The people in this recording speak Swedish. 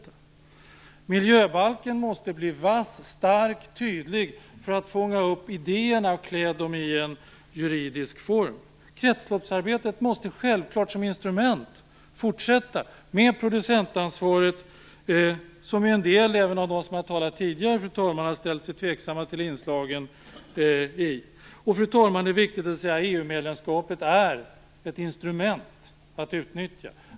Vidare handlar det om miljöbalken, som måste bli vass, stark och tydlig för att idéerna skall kunna fångas upp och kläs i juridisk form. Kretsloppsarbetet som instrument måste självklart fortsatt gälla, med producentansvar. Jag säger detta trots att en del av de tidigare talarna här har ställt sig tveksamma till olika inslag i fråga om producentansvaret. Fru talman! Det är viktigt att understryka att också EU-medlemskapet är ett instrument att utnyttja.